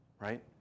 right